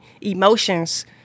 emotions